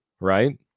right